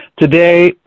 Today